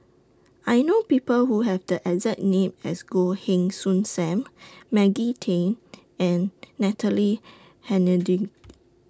I know People Who Have The exact name as Goh Heng Soon SAM Maggie Teng and Natalie Hennedige